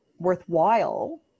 worthwhile